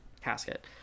casket